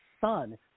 son